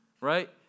right